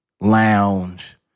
lounge